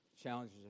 challenges